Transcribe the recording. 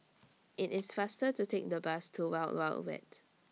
IT IS faster to Take The Bus to Wild Wild Wet